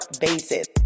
basis